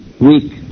weak